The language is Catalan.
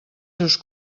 seus